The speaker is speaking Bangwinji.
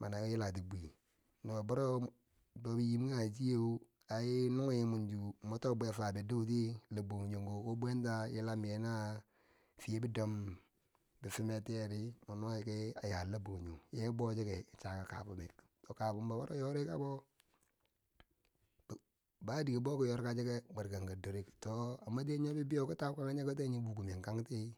mani a yila ti bwi, nobbo biro bobi nyim kanghe chew ai nunge yanzu mwo to bwe fabedu ti, lo bonjongko ta bwenta yilam fiye na nye na, fiye bidom na finer cheri, mwo nuwa ki a ya loh banjango nye bouchike chaka kabemek, to kaben bo wuro yori kabo ba ba dike bouki yorka cheke mwer kanka dorek, to a masheyi be wo bibeiyo, kom ta kom nye ko tiyeu nyo bukumen kanti.